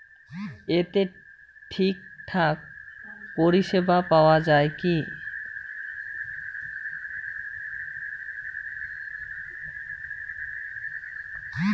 এতে ঠিকঠাক পরিষেবা পাওয়া য়ায় কি?